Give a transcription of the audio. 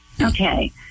Okay